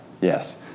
Yes